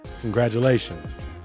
Congratulations